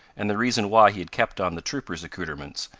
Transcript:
and the reason why he had kept on the trooper's accouterments,